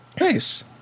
nice